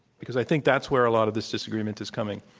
because i think that's where a lot of this disagreement is coming.